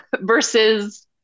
versus